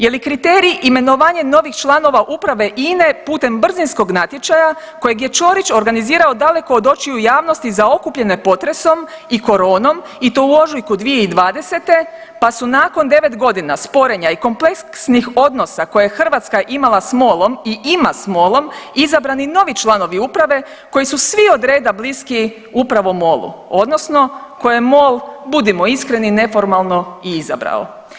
Je li kriterij imenovanje novih članova uprave INA-e putem brzinskog natječaja kojeg je Ćorić organizirao daleko od očiju javnosti za okupljene potresom i koronom i to u ožujku 2020., pa su nakon 9 godina sporenja i kompleksnih odnosa koje je Hrvatska imala s MOL-om i ima s MOL-om, izabrani novi članovi uprave koji su svi od reda blisku upravo MOL-u, odnosno koje MOL, budimo iskreni, neformalno i izabrao.